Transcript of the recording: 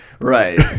Right